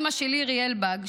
אימה של לירי אלבג,